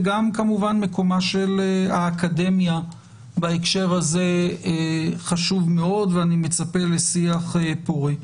וגם כמובן מקומה של האקדמיה בהקשר הזה חשוב מאוד ואני מצפה לשיח פורה.